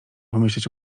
pomyśleć